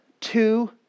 two